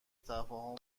تفاهم